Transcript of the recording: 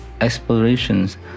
explorations